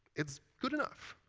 it's good enough.